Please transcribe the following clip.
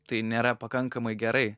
tai nėra pakankamai gerai